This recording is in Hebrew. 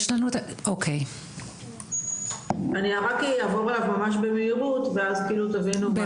אני רק אעבור עליו ממש במהירות ואז כאילו תבינו מה.